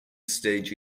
stage